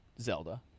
Zelda